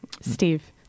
Steve